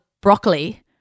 broccoli